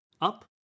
Up